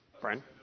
Brian